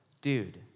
Dude